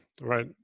Right